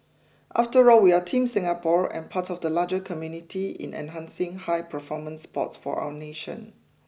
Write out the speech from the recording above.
after all we are Team Singapore and part of the larger community in enhancing high performance sports for our nation